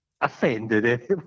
offended